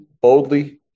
boldly